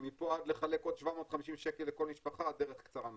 כי מפה עד לחלק עוד 750 שקל לכל משפחה הדרך קצרה מאוד.